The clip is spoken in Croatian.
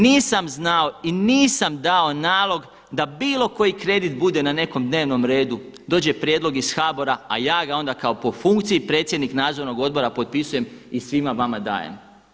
Nisam znao i nisam dao nalog da bilo koji kredit bude na nekom dnevnom redu, dođe prijedlog iz HBOR-a a ja onda kao po funkciji predsjednik nadzornog odbora potpisujem i svima vama dajem.